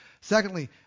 Secondly